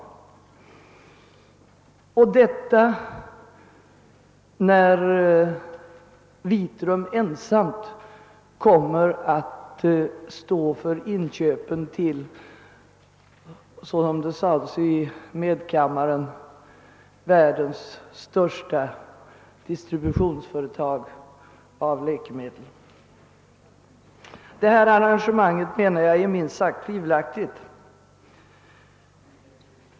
Detta skall alltså ske, när Vitrum ensamt kommer att stå för inköpen till, som det sades i medkammaren, världens största distributionsföretag av läkemedel. Detta arrangemang är, menar jag, minst sagt tvivelaktigt.